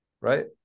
right